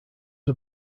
are